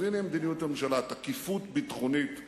אז הנה מדיניות הממשלה, תקיפות ביטחונית ברורה,